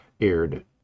aired